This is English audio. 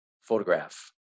photograph